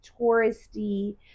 touristy